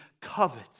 covet